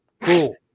Cool